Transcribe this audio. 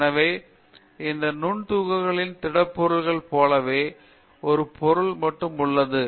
எனவே அந்த நுண்துகள்களின் திடப்பொருள்களைப் போலவே ஒரு பொருள் மட்டுமே உள்ளது